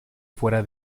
fuera